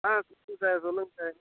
ஆ சொல்லுங்கள் சார் சொல்லுங்கள் சார்